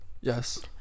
Yes